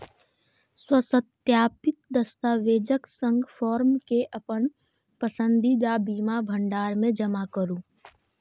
स्वसत्यापित दस्तावेजक संग फॉर्म कें अपन पसंदीदा बीमा भंडार मे जमा करू